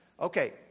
Okay